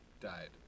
died